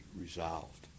resolved